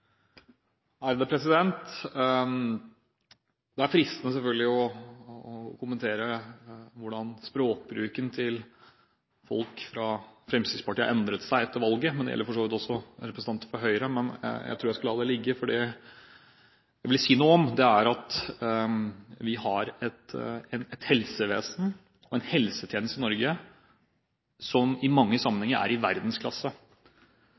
fristende å kommentere hvordan språkbruken til folk fra Fremskrittspartiet har endret seg etter valget. Det gjelder for så vidt også representanter fra Høyre. Men jeg tror jeg skal la det ligge, for det jeg vil si noe om, er at vi har et helsevesen og en helsetjeneste i Norge som i mange sammenhenger er i verdensklasse.